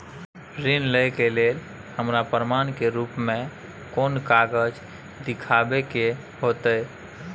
ऋण लय के लेल हमरा प्रमाण के रूप में कोन कागज़ दिखाबै के होतय?